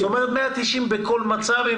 כלומר משלמים 190 שקל בכל מצב.